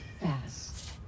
fast